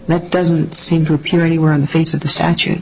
that doesn't seem to appear anywhere on the face of the statu